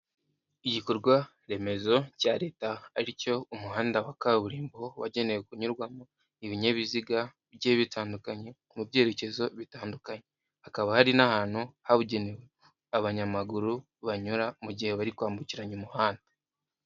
Igikorwa remezo cya leta aricyo umuhanda wa kaburimbo, wagenewe kunyurwamo ibinyabiziga bigiye bitandukanye mu byerekezo bitandukanye, hakaba hari n'ahantu habugenewe abanyamaguru banyura mu gihe bari kwambukiranya umuhanda.